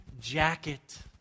jacket